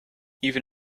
even